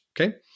okay